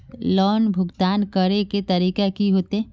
Loan भुगतान करे के तरीका की होते?